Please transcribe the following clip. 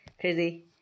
crazy